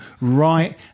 right